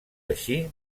així